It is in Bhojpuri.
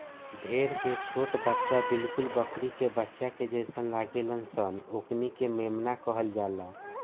भेड़ के छोट बच्चा बिलकुल बकरी के बच्चा के जइसे लागेल सन ओकनी के मेमना कहल जाला